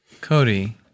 Cody